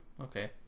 Okay